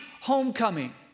homecoming